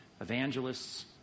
evangelists